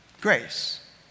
Grace